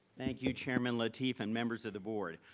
thank you chairman lateef and members of the board.